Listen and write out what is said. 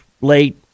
late